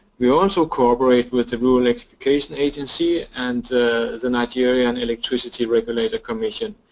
we also cooperate with the rural electrification agency and the nigerian electricity regulator commission,